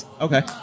Okay